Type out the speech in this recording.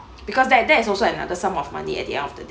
because that that is also another sum of money at the end of the day